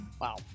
wow